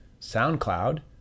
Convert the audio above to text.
SoundCloud